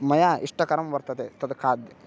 मया इष्टकरं वर्तते तद् खाद्यम्